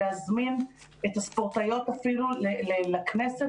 להזמין את הספורטאיות אפילו לכנסת.